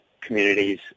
communities